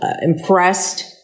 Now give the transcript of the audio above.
impressed